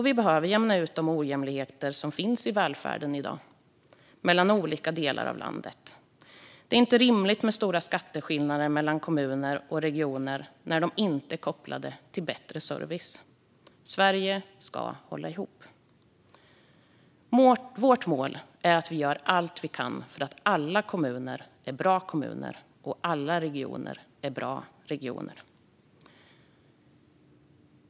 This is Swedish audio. Vi behöver jämna ut de ojämlikheter som i dag finns i välfärden mellan olika delar av landet. Det är inte rimligt med stora skatteskillnader mellan kommuner och regioner när de inte är kopplade till bättre service. Sverige ska hålla ihop. Vårt mål är att göra allt vi kan för att alla kommuner ska vara bra kommuner och alla regioner vara bra regioner.